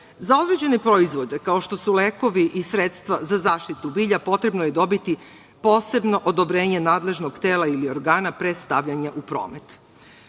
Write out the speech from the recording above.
Za određene proizvode, kao što su lekovi i sredstva za zaštitu bilja, potrebno je dobiti posebno odobrenje nadležnog tela ili organa pre stavljanja u promet.